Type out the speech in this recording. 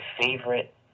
favorite